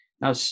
Now